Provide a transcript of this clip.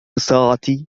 ساعتي